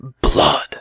blood